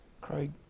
Craig